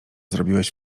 zrobiłeś